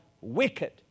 wicked